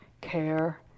care